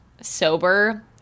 sober